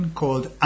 called